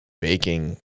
baking